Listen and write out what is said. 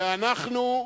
ואנחנו,